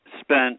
spent